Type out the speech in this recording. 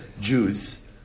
Jews